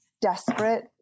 desperate